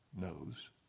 knows